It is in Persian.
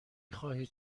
خواهید